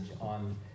on